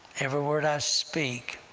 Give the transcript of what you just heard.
every word i speak